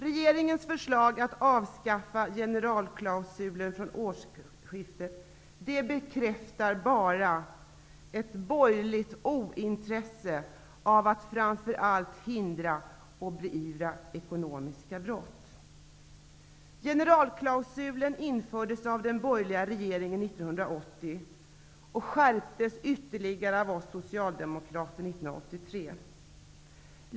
Regeringens förslag att avskaffa generalklausulen från årsskiftet bekräftar bara ett borgerligt ointresse av att hindra och beivra ekonomiska brott. Generalklausulen infördes av den borgerliga regeringen 1980 och skärptes ytterligare av oss socialdemokrater 1983.